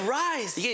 rise